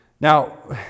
Now